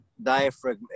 diaphragm